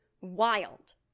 wild